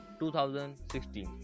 2016